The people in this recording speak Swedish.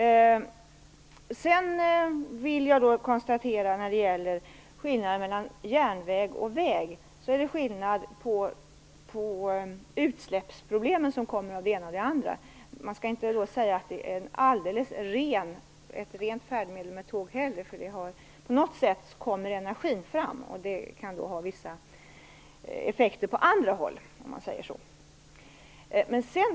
Jag vill när det gäller skillnaderna mellan järnväg och väg konstatera att det är skillnad mellan de utsläppsproblem som kommer av det ena och det andra. Man skall inte säga att tåget heller är ett alldeles rent färdmedel, för på något sätt kommer energin fram, och det kan ha vissa effekter på andra håll.